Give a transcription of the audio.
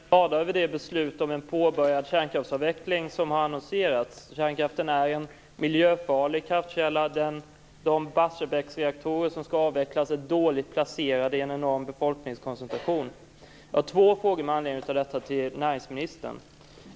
Fru talman! Många av oss är glada över det beslut om en påbörjad kärnkraftsavveckling som har aviserats. Kärnkraften är en miljöfarlig kraftkälla. De Barsebäcksreaktorer som skall avvecklas är dåligt placerade, mitt i en befolkningskoncentration. Jag har två frågor till näringsministern med anledning av detta.